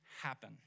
happen